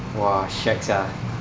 !wah! shag sia